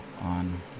on